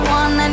one